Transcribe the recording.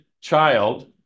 child